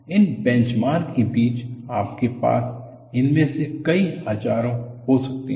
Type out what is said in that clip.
इन benchmark के बीच आपके पास उनमें से कई हजारों हो सकते हैं